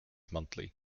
monthly